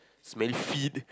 smelly feet